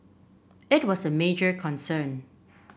it was a major concern